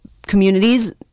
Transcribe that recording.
communities